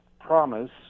promise